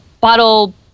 bottle